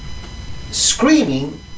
screaming